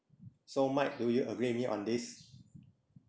so mike do you agree with me on this